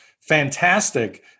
fantastic